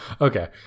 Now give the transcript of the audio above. Okay